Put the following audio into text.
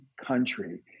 country